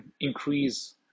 increase